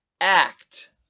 ACT